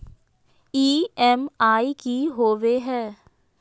EMI की होवे है?